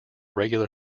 regular